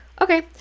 Okay